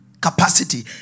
Capacity